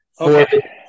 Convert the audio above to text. Okay